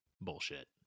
Bullshit